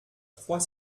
trois